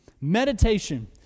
Meditation